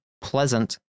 pleasant